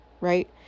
right